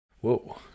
Whoa